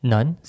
None